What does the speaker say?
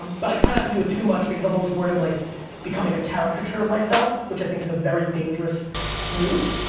but i try not to do it too much because i'm always worried of like becoming a caricature of myself, which i think is a very dangerous move,